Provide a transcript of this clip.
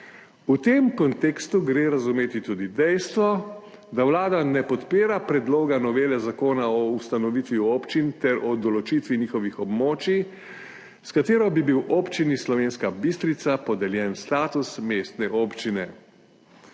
V tem kontekstu gre razumeti tudi dejstvo, da Vlada ne podpira predloga novele Zakona o ustanovitvi občin ter o določitvi njihovih območij, s katerim bi bil občini Slovenska Bistrica podeljen status mestne občine.